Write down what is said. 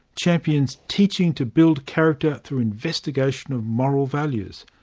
champions teaching to build character through investigation of moral values.